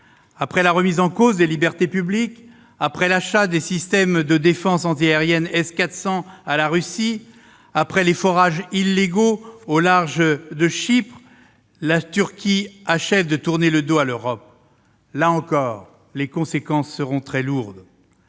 Après la remise en cause des libertés publiques, après l'achat des systèmes de défense antiaérienne S400 à la Russie, après les forages illégaux au large de Chypre, la Turquie achève de tourner le dos à l'Europe. Là encore, les conséquences seront très lourdes